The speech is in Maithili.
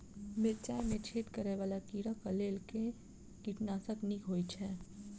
मिर्चाय मे छेद करै वला कीड़ा कऽ लेल केँ कीटनाशक नीक होइ छै?